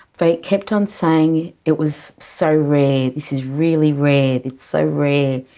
they kept on saying it was so rare, this is really rare, it's so rare.